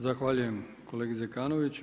Zahvaljujem kolegi Zekanoviću.